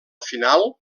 final